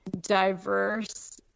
diverse